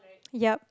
yup